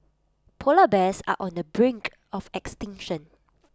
Polar Bears are on the brink of extinction